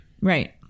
Right